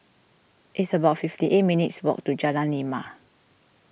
it's about fifty eight minutes' walk to Jalan Lima